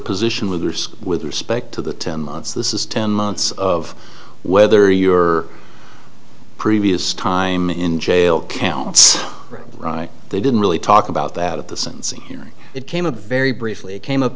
position with with respect to the ten months this is ten months of whether your previous time in jail counts right they didn't really talk about that at the sentencing hearing it came a very briefly it came up